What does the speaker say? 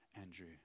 Andrew